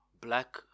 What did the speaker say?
black